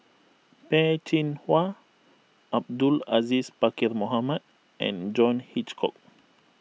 Peh Chin Hua Abdul Aziz Pakkeer Mohamed and John Hitchcock